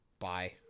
Bye